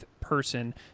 person